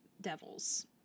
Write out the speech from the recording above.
devils